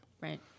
Right